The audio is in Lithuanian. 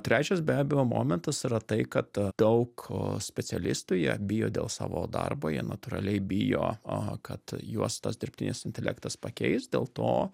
trečias be abejo momentas yra tai kad daug specialistų jie bijo dėl savo darbo jie natūraliai bijo kad juos tas dirbtinis intelektas pakeis dėl to